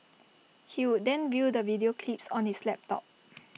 he would then view the video clips on his laptop